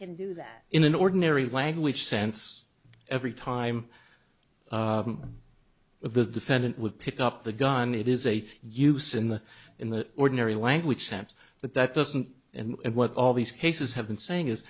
can do that in an ordinary language sense every time the defendant would pick up the gun it is a use in the in the ordinary language sense but that doesn't and what all these cases have been saying is